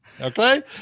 Okay